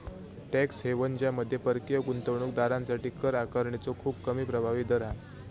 tax haven ज्यामध्ये परकीय गुंतवणूक दारांसाठी कर आकारणीचो खूप कमी प्रभावी दर हा